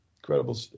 Incredible